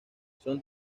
son